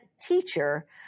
teacher